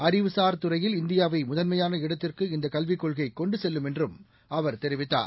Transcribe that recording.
அறிவுசார் துறையில் இந்தியாவை முதன்மையான இடத்திற்கு இந்த கல்விக் கொள்கை கொண்டு செல்லும் என்றும் அவர் தெரிவித்தார்